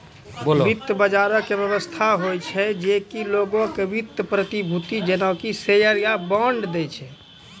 वित्त बजारो के व्यवस्था होय छै जे कि लोगो के वित्तीय प्रतिभूति जेना कि शेयर या बांड दै छै